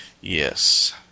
Yes